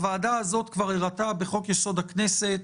הוועדה הזאת כבר הראתה בחוק-יסוד: הכנסת,